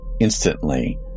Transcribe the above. instantly